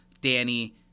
Danny